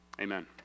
Amen